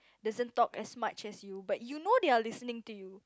doesn't talk as much as you but you know they're listening to you